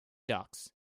ducks